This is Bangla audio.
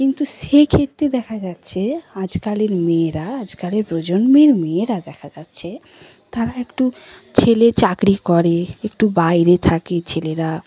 কিন্তু সেই ক্ষেত্রে দেখা যাচ্ছে আজকালের মেয়েরা আজকালের প্রজন্মের মেয়েরা দেখা যাচ্ছে তারা একটু ছেলে চাকরি করে একটু বাইরে থাকে ছেলেরা